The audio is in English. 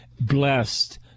Blessed